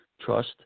trust